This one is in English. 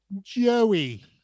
Joey